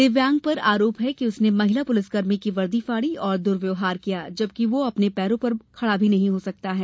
दिव्यांग पर आरोप है कि उसने महिला पुलिसकर्मी की वर्दी फाड़ी और दुर्व्यहार किया जबकि वह अपने पैरों पर खड़ा भी नहीं हो सकता है